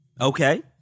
Okay